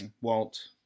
Walt